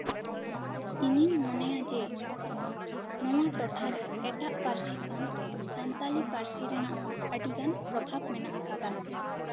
ᱤᱧᱤᱧ ᱢᱚᱱᱮᱭᱟ ᱡᱮ ᱱᱚᱣᱟ ᱴᱚᱴᱷᱟᱨᱮ ᱮᱴᱟᱜ ᱯᱟᱹᱨᱥᱤ ᱠᱷᱚᱱ ᱥᱟᱱᱛᱟᱞᱲᱤ ᱯᱟᱹᱨᱥᱤ ᱨᱮᱱᱟᱜ ᱦᱚᱸ ᱟᱹᱰᱤ ᱜᱟᱱ ᱯᱨᱚᱵᱷᱟᱵ ᱢᱮᱱᱟᱜ ᱟᱠᱟᱫᱟ